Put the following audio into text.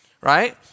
Right